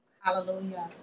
Hallelujah